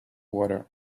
water